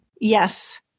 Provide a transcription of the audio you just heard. yes